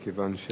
מכיוון,